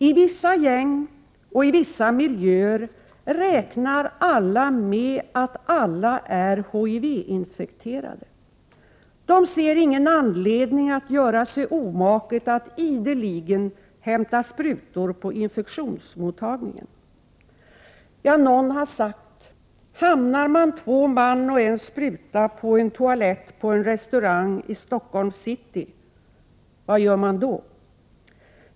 I vissa gäng och i vissa miljöer räknar alla med att alla är HIV-infekterade. De ser ingen anledning att göra sig omaket att ideligen hämta sprutor på infektionsmottagningen. Någon har sagt: Hamnar man två man och en spruta på en restaurang i Stockholms city — vad gör man då?